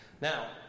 Now